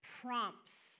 prompts